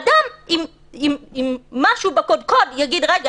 אדם עם משהו בקודקוד יגיד: רגע,